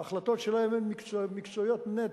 ההחלטות שלהם הן מקצועיות נטו.